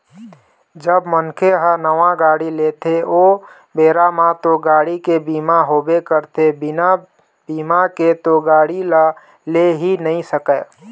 जब मनखे ह नावा गाड़ी लेथे ओ बेरा म तो गाड़ी के बीमा होबे करथे बिना बीमा के तो गाड़ी ल ले ही नइ सकय